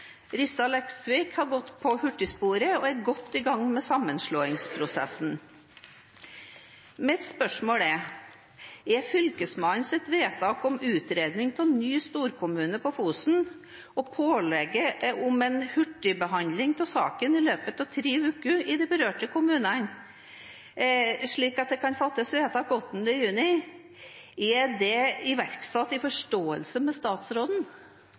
Rissa og Leksvik har gått på hurtigsporet og er godt i gang med sammenslåingsprosessen. Mitt spørsmål er: Er Fylkesmannens vedtak om utredning av ny storkommune på Fosen og pålegget om en hurtigbehandling av saken i løpet av tre uker i de berørte kommunene, slik at det kan fattes vedtak 8. juni, iverksatt i forståelse med statsråden?